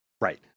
right